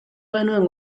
genuen